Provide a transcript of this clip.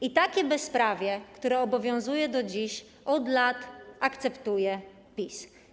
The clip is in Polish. I takie bezprawie, które obowiązuje do dziś, od lat akceptuje PiS.